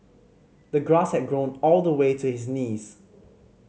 the grass had grown all the way to his knees